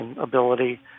ability